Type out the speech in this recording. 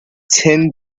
ten